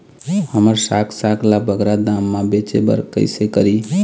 हमर साग साग ला बगरा दाम मा बेचे बर कइसे करी?